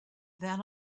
then